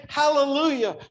hallelujah